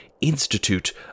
Institute